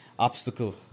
Obstacle